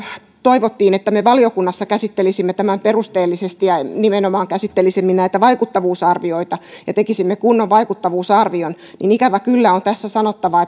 toivottiin että me valiokunnassa käsittelisimme tämän perusteellisesti ja nimenomaan käsittelisimme näitä vaikuttavuusarvioita ja tekisimme kunnon vaikuttavuusarvion niin ikävä kyllä on tässä sanottava